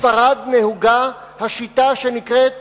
בספרד נהוגה השיטה שנקראת